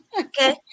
Okay